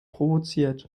provoziert